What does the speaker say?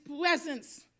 presence